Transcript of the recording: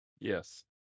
Yes